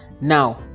now